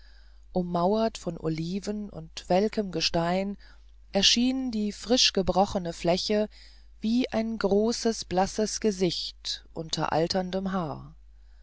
umrahmt von oliven und welkem gestein erschienen die frisch gebrochenen flächen wie ein großes blasses gesicht unter alterndem haar